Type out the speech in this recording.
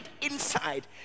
inside